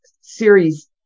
series